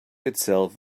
itself